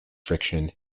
friction